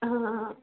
ആ ആ